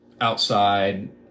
outside